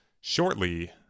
shortly